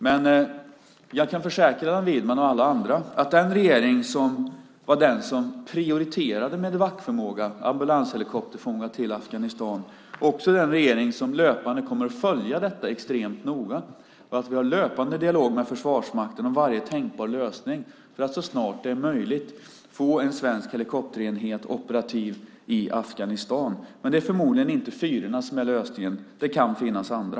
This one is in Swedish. Men jag kan försäkra Allan Widman att den regering som var den som prioriterade Medevacförmågan, ambulanshelikopterförmågan, till Afghanistan också är den regering som löpande kommer att följa detta extremt noga och att vi har löpande dialog med Försvarsmakten om varje tänkbar lösning för att så snart det är möjligt få en svensk helikopterenhet operativ i Afghanistan. Men det är förmodligen inte fyrorna som är lösningen. Det kan finnas andra.